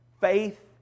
Faith